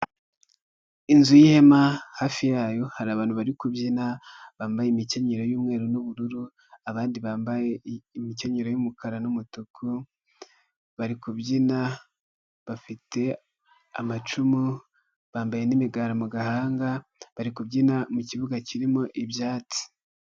Inzu y'ihema hafi yayo hari abantu bari kubyina bambaye imikenyero y'umweru n'ubururu, abandi bambaye imikenyero y'umukara n'umutuku bari kubyina, bafite amacumu, bambaye n'imigara mu gahanga bari kubyina mu kibuga kirimo ibyatsi.